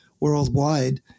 worldwide